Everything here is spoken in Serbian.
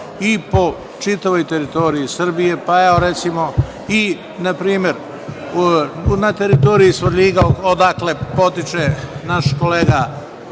i po čitavoj teritoriji Srbije. Evo, recimo i na teritoriji Svrljiga, odakle potiče naš kolega